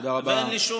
תודה רבה.